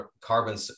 carbon